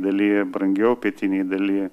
daly brangiau pietinėj daly